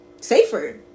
safer